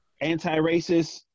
anti-racist